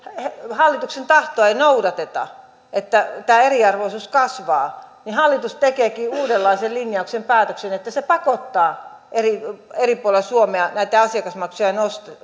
hallituksen tahtoa ei noudateta että tämä eriarvoisuus kasvaa niin hallitus tekeekin uudenlaisen linjauksen päätöksen että se pakottaa eri eri puolilla suomea näitä asiakasmaksuja